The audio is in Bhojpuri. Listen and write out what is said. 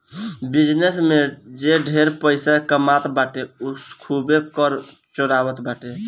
बिजनेस में जे ढेर पइसा कमात बाटे उ खूबे कर चोरावत बाटे